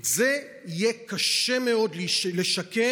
את זה יהיה קשה מאוד לשקם,